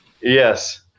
Yes